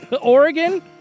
Oregon